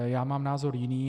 Já mám názor jiný.